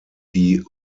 die